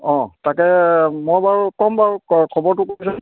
অঁ তাকে মই বাৰু কম বাৰু খবৰটো